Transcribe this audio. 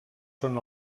són